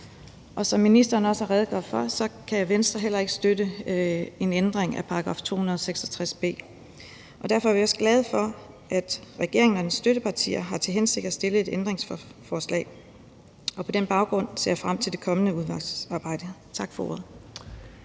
som ministeren har redegjort for, kan Venstre heller ikke støtte en ændring af § 266 b. Derfor er vi også glade for, at regeringen og dens støttepartier har til hensigt at stille et ændringsforslag. På den baggrund ser jeg frem til det kommende udvalgsarbejde. Tak for ordet.